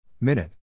Minute